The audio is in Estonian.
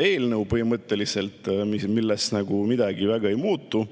eelnõu, milles midagi väga ei muutu.